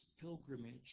pilgrimage